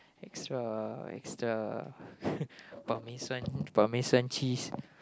extra extra parmesan parmesan cheese